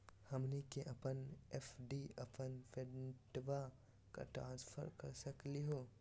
हमनी के अपन एफ.डी अपन बेटवा क ट्रांसफर कर सकली हो?